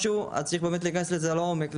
צריך להיכנס לזה לעומק,